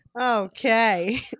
Okay